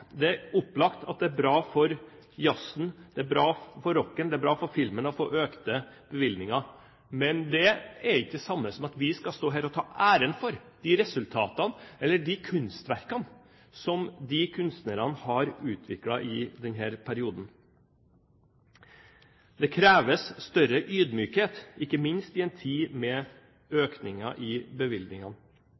for filmen å få økte bevilgninger, men det er ikke det samme som at vi skal stå her og ta æren for de resultatene eller de kunstverkene som kunstnerne har utviklet i denne perioden. Det kreves større ydmykhet, ikke minst i en tid med økninger i bevilgningene,